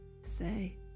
say